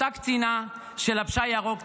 אותה קצינה שלבשה ירוק,